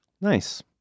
Nice